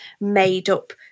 made-up